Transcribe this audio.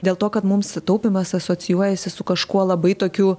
dėl to kad mums taupymas asocijuojasi su kažkuo labai tokiu